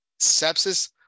Sepsis